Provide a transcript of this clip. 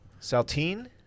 Saltine